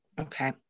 okay